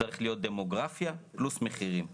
צריך להיות דמוגרפיה פלוס מחירים.